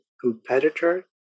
competitor